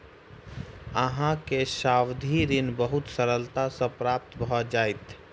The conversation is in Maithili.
अहाँ के सावधि ऋण बहुत सरलता सॅ प्राप्त भ जाइत